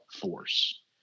force